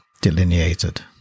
delineated